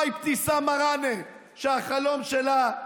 מה אבתיסאם מראענה, שהחלום שלה,